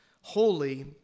holy